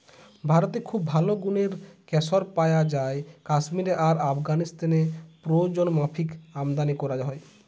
ভারতে খুব ভালো গুনের কেশর পায়া যায় কাশ্মীরে আর আফগানিস্তানে প্রয়োজনমাফিক আমদানী কোরা হয়